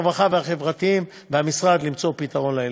הרווחה והשירותים החברתיים והמשרד למצוא פתרון לילדים.